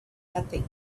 nothing